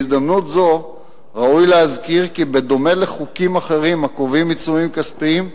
בהזדמנות זו ראוי להזכיר כי בדומה לחוקים אחרים הקובעים עיצומים כספיים,